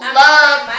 love